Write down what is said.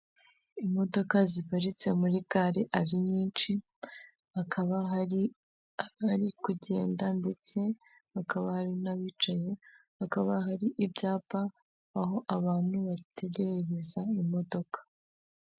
Imodoka ziparitse muri gare ari nyinshi, hakaba hari abari kugenda ndetse bakaba n'abicaye hakaba hari ibyapa aho abantu bategererereza imodoka.